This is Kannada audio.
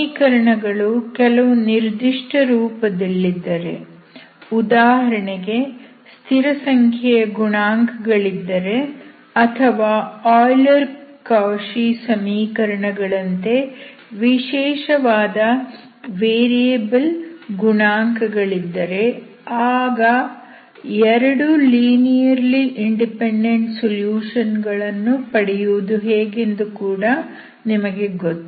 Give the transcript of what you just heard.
ಸಮೀಕರಣಗಳು ಕೆಲವು ನಿರ್ದಿಷ್ಟ ರೂಪದಲ್ಲಿದ್ದರೆ ಉದಾಹರಣೆಗೆ ಸ್ಥಿರಸಂಖ್ಯೆಯ ಗುಣಾಂಕ ಗಳಿದ್ದರೆ ಅಥವಾ ಆಯ್ಲರ್ ಕೌಶಿ ಸಮೀಕರಣ ಗಳಂತೆ ವಿಶೇಷವಾದ ವೇರಿಯಬಲ್ ಗುಣಾಂಕ ಗಳಿದ್ದರೆ ಆಗ 2 ಲೀನಿಯರ್ಲಿ ಇಂಡಿಪೆಂಡೆಂಟ್ ಸೊಲ್ಯೂಷನ್ ಗಳನ್ನು ಪಡೆಯುವುದು ಹೇಗೆಂದು ಕೂಡ ನಿಮಗೆ ಗೊತ್ತು